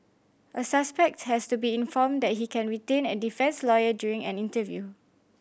a suspect has to be informed that he can retain a defence lawyer during an interview